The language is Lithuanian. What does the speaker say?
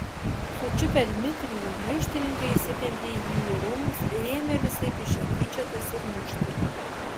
sučiupę dmitrijų maištininkai įsitempė jį į rūmus ir ėmė visaip iš jo tyčiotis ir mušti